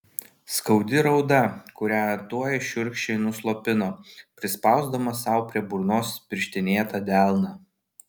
skaudi rauda kurią tuoj šiurkščiai nuslopino prispausdamas sau prie burnos pirštinėtą delną